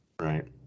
Right